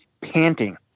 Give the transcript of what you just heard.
panting